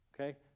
Okay